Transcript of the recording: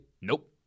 Nope